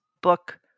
book